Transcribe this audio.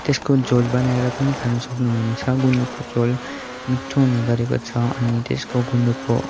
त्यसको झोल बनाएर पनि खानु सक्नुहुन्छ गुन्द्रुकको झोल मिठो हुने गरेको छ अनि त्यसको गुन्द्रुकको